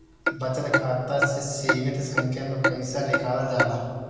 बचत खाता से सीमित संख्या में पईसा निकालल जाला